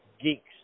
geeks